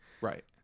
Right